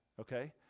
Okay